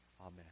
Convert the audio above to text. Amen